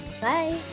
Bye